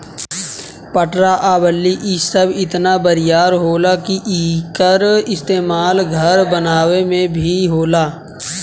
पटरा आ बल्ली इ सब इतना बरियार होला कि एकर इस्तमाल घर बनावे मे भी होला